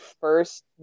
first